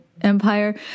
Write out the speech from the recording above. empire